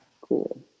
Cool